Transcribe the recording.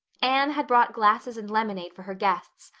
anne had brought glasses and lemonade for her guests,